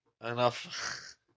enough